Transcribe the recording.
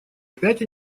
опять